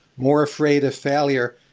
more afraid of failure.